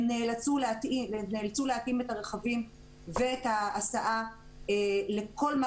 הם נאלצו להתאים את הרכבים ואת ההסעה לכל מה